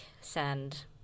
sand